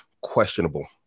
questionable